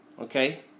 Okay